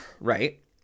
Right